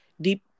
deep